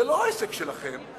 זה לא עסק שלכם.